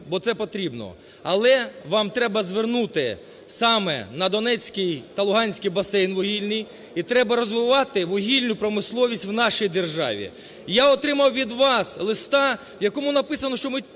бо це потрібно. Але вам треба звернути саме на Донецькій та Луганській областей вугільні і треба розвивати вугільну промисловість в нашій державі. Я отримав від вас листа, в якому написано, що,